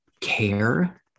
care